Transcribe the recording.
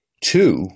two